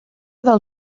del